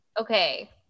Okay